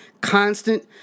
constant